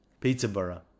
Peterborough